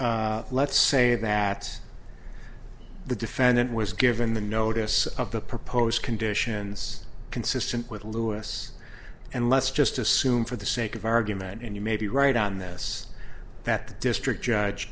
happen let's say that the defendant was given the notice of the proposed conditions consistent with lewis and let's just assume for the sake of argument and you may be right on this that the district judge